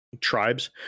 tribes